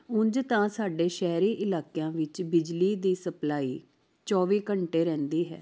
ਉਂਝ ਤਾਂ ਸਾਡੇ ਸ਼ਹਿਰੀ ਇਲਾਕਿਆਂ ਵਿੱਚ ਬਿਜਲੀ ਦੀ ਸਪਲਾਈ ਚੌਵੀ ਘੰਟੇ ਰਹਿੰਦੀ ਹੈ